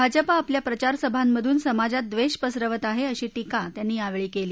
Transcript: भाजपा आपल्या प्रचार सभांमधून समाजात द्वेष पसरवत आहे अशी टीका त्यांनी यावेळी केली